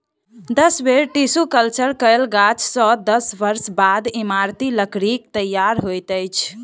दस बेर tissue culture कयल गाछ सॅ दस वर्ष बाद इमारती लकड़ीक तैयार होइत अछि